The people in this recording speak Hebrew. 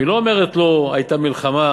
היא לא אומרת לו: הייתה מלחמה,